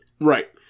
Right